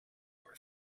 your